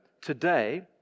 today